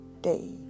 day